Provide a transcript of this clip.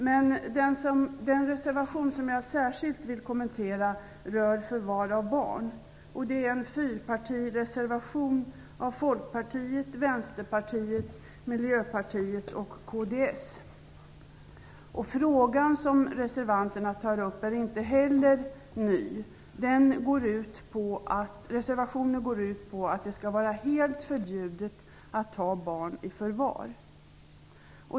Men den reservation som jag särskilt vill kommentera rör förvar av barn. Det är en fyrpartireservation av Folkpartiet, Vänsterpartiet, Miljöpartiet de gröna och kds. Frågan som reservanterna tar upp är inte heller ny. Reservationen går ut på att det skall vara helt förbjudet att ta barn i förvar.